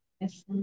Yes